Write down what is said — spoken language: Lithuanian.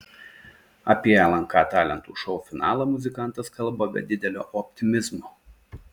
apie lnk talentų šou finalą muzikantas kalba be didelio optimizmo